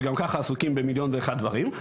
שגם ככה עסוקים במיליון דברים,